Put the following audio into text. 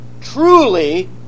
Truly